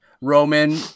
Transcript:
Roman